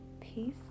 peace